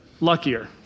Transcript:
luckier